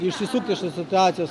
išsisukt iš situacijos